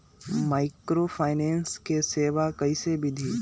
Microfinance के सेवा कइसे विधि?